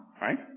right